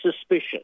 suspicious